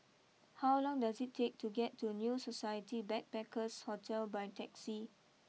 how long does it take to get to new Society Backpackers Hotel by taxi